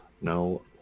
No